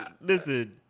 listen